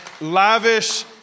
lavish